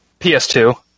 PS2